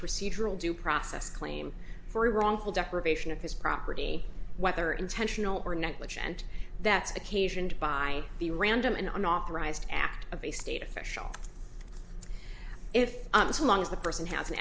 procedural due process claim for a wrongful deprivation of his property whether intentional or negligent that occasioned by the random unauthorized act of a state official if i'm so long as the person has an